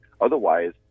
Otherwise